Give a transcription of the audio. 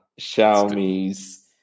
Xiaomi's